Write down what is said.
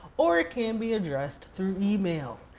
or it can be address through email.